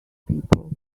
people